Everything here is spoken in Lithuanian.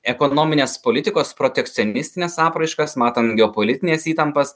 ekonominės politikos protekcionistines apraiškas matant geopolitines įtampas